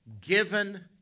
Given